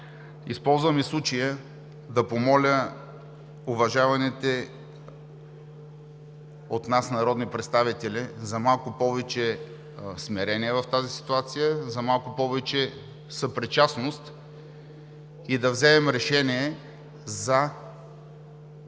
използвам случая да помоля уважаваните от нас народни представители за малко повече смирение в тази ситуация, за малко повече съпричастност и да вземем решение за